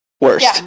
Worst